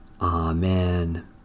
Amen